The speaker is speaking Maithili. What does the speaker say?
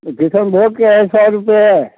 किसनभोगके हइ सौ रुपैए